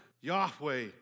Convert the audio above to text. Yahweh